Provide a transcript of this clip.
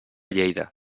lleida